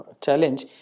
challenge